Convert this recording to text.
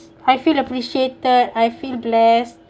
I feel appreciated I feel blessed